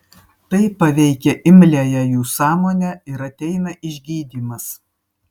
tai paveikia imliąją jų sąmonę ir ateina išgydymas